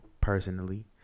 personally